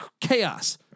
chaos